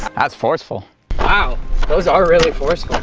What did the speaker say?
that's forceful wow those are really force